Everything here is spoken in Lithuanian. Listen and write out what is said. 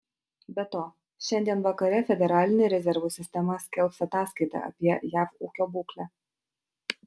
be to šiandien vakare federalinė rezervų sistema skelbs ataskaitą apie jav ūkio būklę